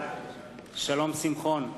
בעד שלום שמחון,